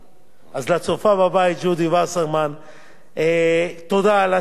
אז לצופה בבית ג'ודי וסרמן תודה על התמיכה,